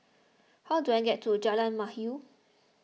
how do I get to Jalan Mahir